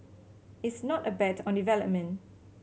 it's not a bet on development